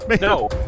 No